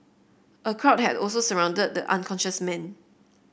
a crowd had also surrounded the unconscious man